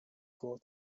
gore